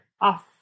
off